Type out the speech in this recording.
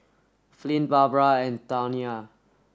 Flint Barbra and Tawnya